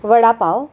vada pav